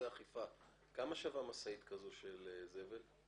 כמה שווה משאית כזאת של זבל?